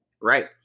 Right